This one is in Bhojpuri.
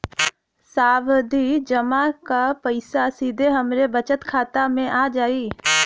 सावधि जमा क पैसा सीधे हमरे बचत खाता मे आ जाई?